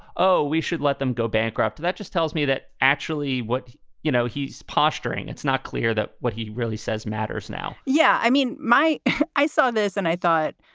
oh, we should let them go bankrupt. that just tells me that actually what you know, he's posturing. it's not clear that what he really says matters now yeah. i mean, my i saw this and i thought,